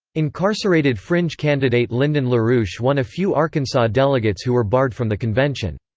incarcerated fringe candidate lyndon larouche won a few arkansas delegates who were barred from the convention.